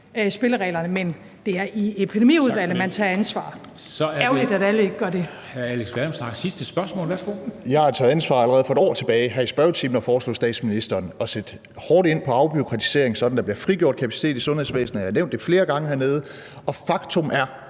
med det sidste spørgsmål. Værsgo. Kl. 14:02 Alex Vanopslagh (LA): Jeg har taget ansvar allerede for et år siden her i spørgetimen og har foreslået statsministeren at sætte hårdt ind på afbureaukratisering, sådan at der bliver frigjort kapacitet i sundhedsvæsenet, og jeg har nævnt det flere gange hernede. Faktum er,